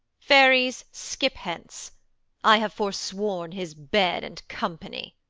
fairies, skip hence i have forsworn his bed and company.